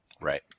Right